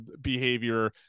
behavior